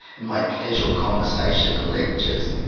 in my casual conversations and lectures,